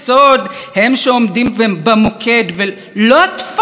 לא הטפחות אלא דווקא המסד".